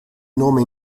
nome